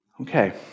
Okay